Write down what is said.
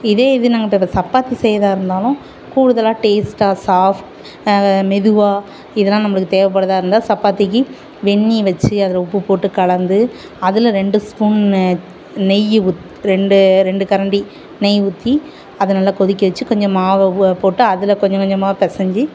இதே இது நாங்கள் இப்போ சப்பாத்தி செய்கிறதா இருந்தாலும் கூடுதல்லாக டேஸ்ட்டாக சாஃப்ட் மெதுவாக இதெலாம் நம்ளுக்கு தேவைப்படுதா இருந்தால் சப்பாத்திக்கு வெந்நீர் வச்சு அதில் உப்பு போட்டு கலந்து அதில் ரெண்டு ஸ்புன் நெய் ஊட் ரெண்டு ரெண்டு கரண்டி நெய் ஊற்றி அதை நல்லா கொதிக்க வச்சு கொஞ்சம் மாவை போட்டு அதில் கொஞ்சம் கொஞ்சமாக பிசஞ்சி